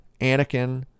Anakin